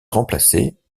remplacés